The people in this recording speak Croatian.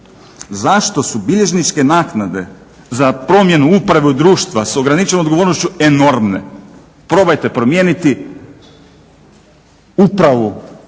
Zašto su bilježničke naknade za promjenu uprave društva sa ograničenom odgovornošću enormne? Probajte promijeniti upravu